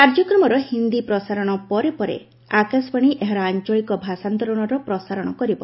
କାର୍ଯ୍ୟକ୍ରମର ହିନ୍ଦୀ ପ୍ରସାରଣ ପରେ ପରେ ଆକାଶବାଣୀ ଏହାର ଆଞ୍ଚଳିକ ଭାଷାନ୍ତରଣର ପ୍ରସାରଣ କରିବ